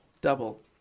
Double